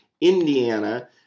Indiana